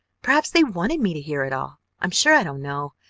perhaps they wanted me to hear it all i'm sure i don't know.